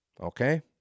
Okay